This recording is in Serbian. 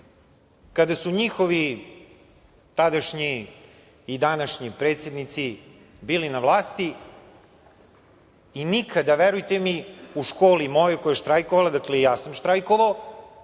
kada su njihovi tadašnji i današnji predsednici bili na vlasti i nikada, verujte mi, u mojoj školi koja je štrajkovala, i ja sam štrajkovao